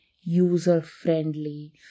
user-friendly